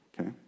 Okay